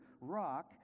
rock